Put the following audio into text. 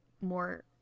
more